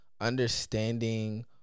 understanding